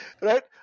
Right